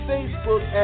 Facebook